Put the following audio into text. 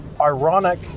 ironic